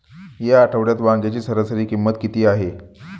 या आठवड्यात वांग्याची सरासरी किंमत किती आहे?